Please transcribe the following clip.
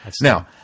Now